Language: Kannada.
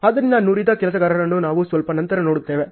ಆದ್ದರಿಂದ ನುರಿತ ಕೆಲಸಗಾರನನ್ನು ನಾವು ಸ್ವಲ್ಪ ನಂತರ ನೋಡುತ್ತೇವೆ